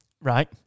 Right